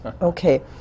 Okay